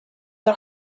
are